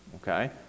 okay